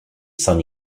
saint